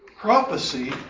prophecy